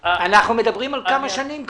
אנחנו מדברים על זה כמה שנים כבר.